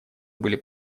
были